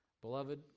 Beloved